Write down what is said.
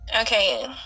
Okay